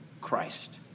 Christ